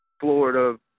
Florida